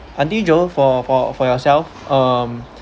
auntie joan for for for yourself um